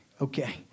Okay